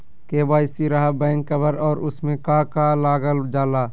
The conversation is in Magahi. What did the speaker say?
के.वाई.सी रहा बैक कवर और उसमें का का लागल जाला?